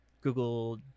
Google